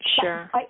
sure